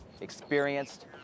experienced